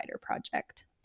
project